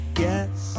guess